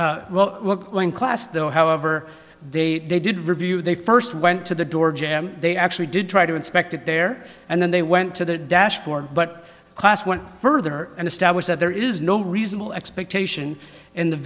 well look going class though however they did review they first went to the door jam they actually did try to inspect it there and then they went to the dashboard but class went further and established that there is no reasonable expectation in the